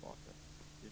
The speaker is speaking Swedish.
Om